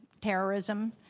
terrorism